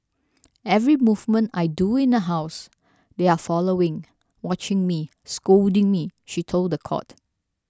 every movement I do in the house they are following watching me scolding me she told the court